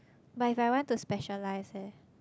but if I want to specialise eh